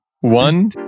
one